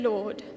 Lord